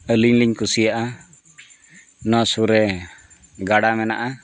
ᱟᱹᱞᱤᱧ ᱞᱤᱧ ᱠᱩᱥᱤᱭᱟᱜᱼᱟ ᱚᱱᱟ ᱥᱩᱨ ᱨᱮ ᱜᱟᱰᱟ ᱢᱮᱱᱟᱜᱼᱟ